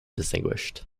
distinguished